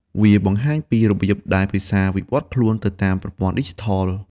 វាបង្ហាញពីរបៀបដែលភាសាវិវឌ្ឍខ្លួនទៅតាមប្រព័ន្ធឌីជីថល។